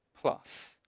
plus